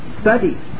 study